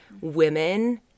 women